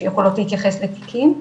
שיכולות להתייחס לתיקים.